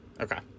Okay